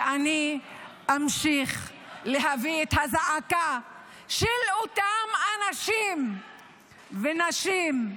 ואני אמשיך להביא את הזעקה של אותם אנשים ונשים,